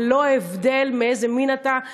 ללא הבדל מאיזה מין אתה.